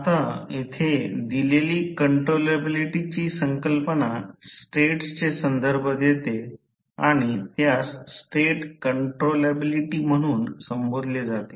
आता येथे दिलेली कंट्रोलॅबिलिटीची संकल्पना स्टेट्सचे संदर्भ देते आणि त्यास स्टेट कंट्रोलॅबिलिटी म्हणून संबोधले जाते